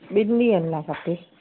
ॿिनि ॾींहनि लाइ खपे